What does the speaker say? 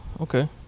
okay